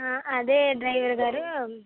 అదే డ్రైవరు గారు